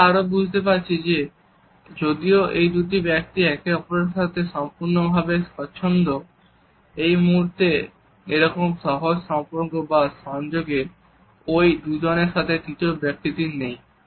আমরা আরো বুঝতে পারছি যে যদিও এই দুজন ব্যক্তি একে অপরের সাথে সম্পূর্ণ ভাবে স্বচ্ছন্দ এই মুহূর্তে এরকম সহজ সম্পর্ক বা সংযোগ ওই দুজনের সাথে তৃতীয় ব্যক্তিটির নেই